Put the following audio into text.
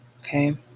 okay